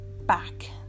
back